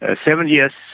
ah seven years.